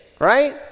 right